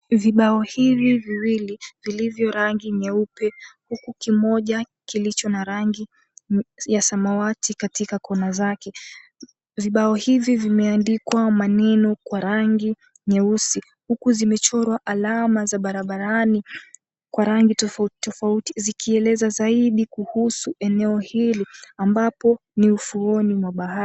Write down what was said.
Vibao hili viwili vilivyo rangi nyeupe huku kimoja kilicho na rangi ya samawati katika kona zake. Vibao hivi vimeandikwa maneno kwa rangi nyeusi huku zimechorwa alama za barabarani kwa rangi tofauti tofauti zikieleza zaidi kuhusu eneo hili ambapo ni ufuoni mwa bahari.